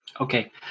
Okay